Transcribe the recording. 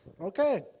Okay